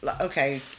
Okay